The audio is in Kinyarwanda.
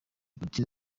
putin